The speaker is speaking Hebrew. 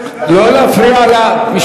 לא להפריע לה.